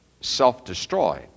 Self-destroyed